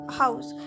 house